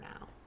now